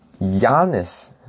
Giannis